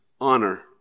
honor